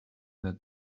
that